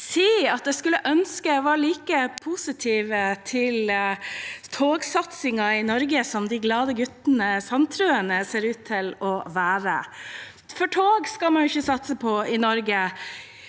si at jeg skulle ønske jeg var like positiv til togsatsingen i Norge som de glade guttene Sandtrøen ser ut til å være. For tog skal man jo ikke satse på i Norge.